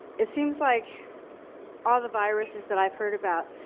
it seems like all the viruses that i've heard about,